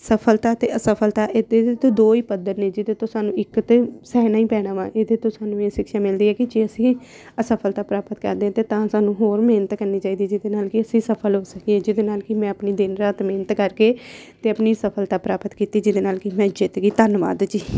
ਸਫਲਤਾ ਅਤੇ ਅਸਫਲਤਾ ਇਹ ਤਾਂ ਦੋ ਹੀ ਪੱਧਰ ਨੇ ਜਿਹਦੇ ਤੋਂ ਸਾਨੂੰ ਇੱਕ ਤਾਂ ਸਹਿਣਾ ਹੀ ਪੈਣਾ ਵਾ ਇਹਦੇ ਤੋਂ ਸਾਨੂੰ ਇਹ ਸਿਕਸ਼ਾ ਮਿਲਦੀ ਹੈ ਕਿ ਜੇ ਅਸੀਂ ਅਸਫਲਤਾ ਪ੍ਰਾਪਤ ਕਰਦੇ ਤਾਂ ਤਾਂ ਸਾਨੂੰ ਹੋਰ ਮਿਹਨਤ ਕਰਨੀ ਚਾਹੀਦੀ ਜਿਹਦੇ ਨਾਲ ਕਿ ਅਸੀਂ ਸਫ਼ਲ ਹੋ ਸਕੀਏ ਜਿਹਦੇ ਨਾਲ ਕਿ ਮੈਂ ਆਪਣੀ ਦਿਨ ਰਾਤ ਮਿਹਨਤ ਕਰਕੇ ਅਤੇ ਆਪਣੀ ਸਫਲਤਾ ਪ੍ਰਾਪਤ ਕੀਤੀ ਜਿਹਦੇ ਨਾਲ ਕਿ ਮੈਂ ਜਿੱਤ ਗਈ ਧੰਨਵਾਦ ਜੀ